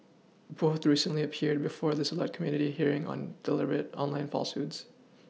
both recently appeared before the select committee hearing on deliberate online falsehoods